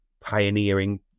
pioneering